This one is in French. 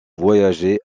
voyager